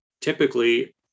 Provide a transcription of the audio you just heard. typically